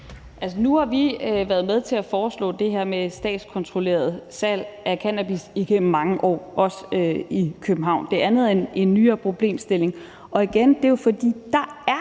nu har vi været med til at foreslå det her med et statskontrolleret salg af cannabis igennem mange år, også i Københavns Kommune. Det andet er en nyere problemstilling. Og igen er det jo, fordi der er